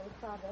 Father